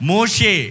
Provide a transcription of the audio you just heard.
Moshe